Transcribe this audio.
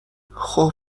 خوب